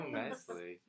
nicely